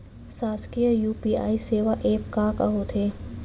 शासकीय यू.पी.आई सेवा एप का का होथे?